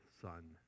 Son